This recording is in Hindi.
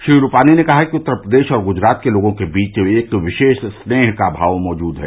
श्री रूपानी ने कहा कि उत्तर प्रदेश और गुजरात के लोगों के बीच एक विशेष स्नेह का भाव मौजूद है